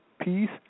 peace